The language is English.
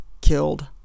killed